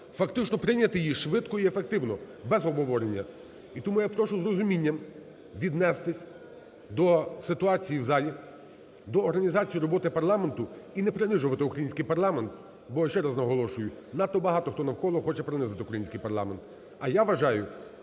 фактично прийняти її швидко і ефективно без обговорення. І тому я прошу з розумінням віднестись до ситуації в залі, до організації роботи парламенту, і не принижувати український парламент, бо ще раз наголошую, надто багато хто навколо, хоче принизити український парламент.